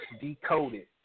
decoded